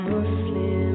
Muslim